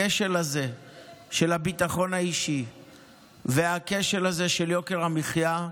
הכשל הזה של הביטחון האישי והכשל הזה של יוקר המחיה,